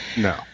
No